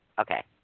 Okay